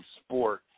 sport